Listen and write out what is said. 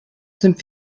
sind